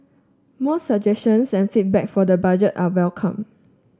more suggestions and feedback for the Budget are welcome